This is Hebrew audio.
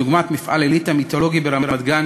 דוגמת מפעל "עלית" המיתולוגי ברמת-גן,